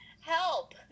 help